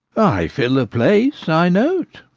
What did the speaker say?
i fill a place, i know't.